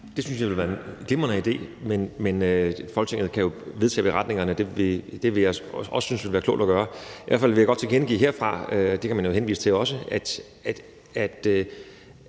Det synes jeg ville være en glimrende idé, og Folketinget kan jo vedtage at lave beretningerne. Det synes jeg også ville være klogt at gøre. I hvert fald vil jeg godt tilkendegive herfra – det kan man jo også henvise til – at